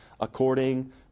according